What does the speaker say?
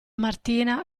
martina